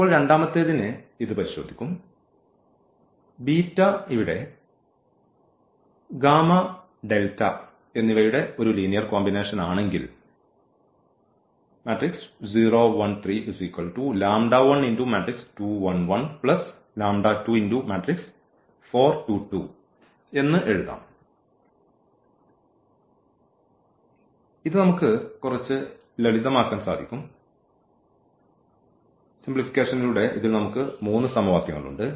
ഇപ്പോൾ രണ്ടാമത്തേതിന് ഇത് പരിശോധിക്കും ഇവിടെ എന്നിവയുടെ ഒരു ലീനിയർ കോമ്പിനേഷൻ ആണെങ്കിൽ എന്ന് എഴുതാം ഇതിൽ നമുക്ക് 3 സമവാക്യങ്ങൾ ഉണ്ട്